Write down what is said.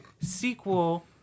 sequel